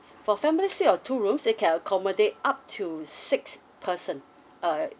for family suite of two rooms it can accommodate up to six person err